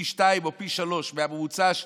פי שניים או פי שלושה מהממוצע השנתי,